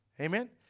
Amen